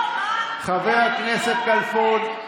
לא, מה, חבר הכנסת כלפון.